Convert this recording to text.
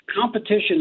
Competition